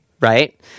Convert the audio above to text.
right